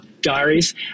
diaries